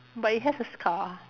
but it has a scar